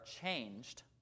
changed